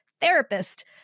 therapist